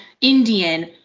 Indian